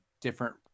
different